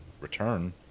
return